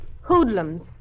hoodlums